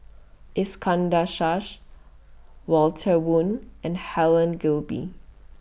Iskandar Shah Walter Woon and Helen Gilbey